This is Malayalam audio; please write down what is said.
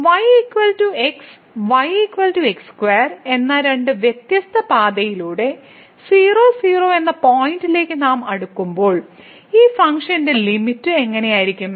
y x y x2 എന്ന രണ്ട് വ്യത്യസ്ത പാതയിലൂടെ 00 എന്ന പോയിന്റിലേക്ക് നാം അടുക്കുമ്പോൾ ഈ ഫംഗ്ഷന്റെ ലിമിറ്റ് എങ്ങനെ ആയിരിക്കും